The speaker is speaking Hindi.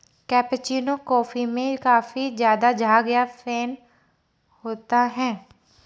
कैपेचीनो कॉफी में काफी ज़्यादा झाग या फेन होता है